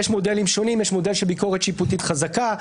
יש מודלים שונים: יש מודל של ביקורת שיפוטית חזקה,